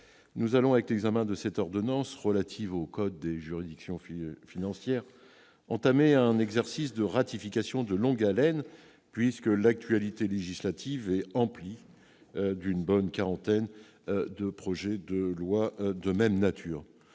nous allons, avec l'examen de cette ordonnance relative au code des juridictions financières, entamer un exercice de ratification de longue haleine puisque l'actualité législative est emplie d'une bonne quarantaine de projets de loi de même nature.